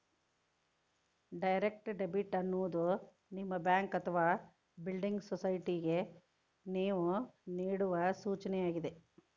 direct debit ಎನ್ನುವುದು ನಿಮ್ಮ bank ಅಥವಾ ಬಿಲ್ಡಿಂಗ್ ಸೊಸೈಟಿಗೆ ನೇವು ನೇಡುವ ಸೂಚನೆಯಾಗಿದೆ